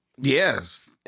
Yes